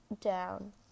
down